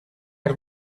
are